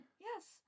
Yes